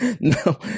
No